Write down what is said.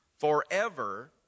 forever